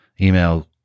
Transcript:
email